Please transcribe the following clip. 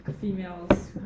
females